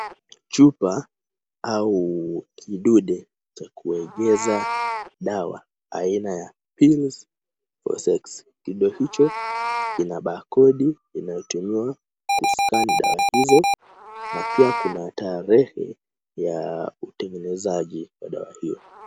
Chupa au kidude cha kuegeza dawa za aina ya pills for sex . Kidude hicho kina bakodi inayotumiwa ku scan dawa hizo na pia kuna tarehe ya utengenezaji wa dawa hiyo.